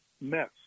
mess